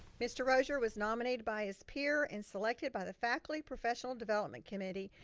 mr. rosier was nominated by his peer and selected by the faculty professional development committee,